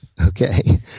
okay